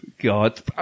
God